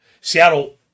Seattle